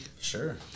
Sure